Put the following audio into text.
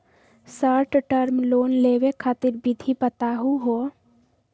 Short term loan लेवे खातीर विधि बताहु हो?